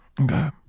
Okay